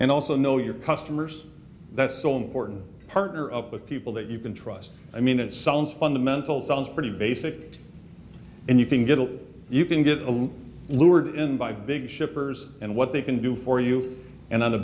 and also know your customers that's the important partner of the people that you can trust i mean it sounds fundamental tons pretty basic and you can get it you can get a lot lured in by big shippers and what they can do for you and on a